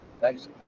Thanks